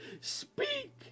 Speak